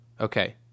okay